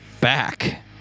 back